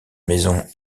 maisons